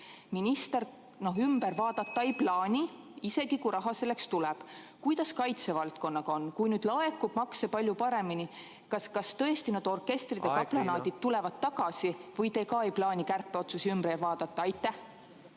minister ümber vaadata ei plaani, isegi kui raha selleks tuleb. Kuidas kaitsevaldkonnaga on? Kui nüüd laekub makse palju paremini ... Aeg, Riina! ... kas tõesti need orkestrid ja kaplanaadid tulevad tagasi, või teie ka ei plaani kärpeotsusi ümber vaadata? ...